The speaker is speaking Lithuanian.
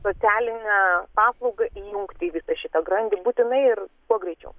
socialinę paslaugą įjungti į visą šitą grandį būtinai ir kuo greičiau